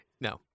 No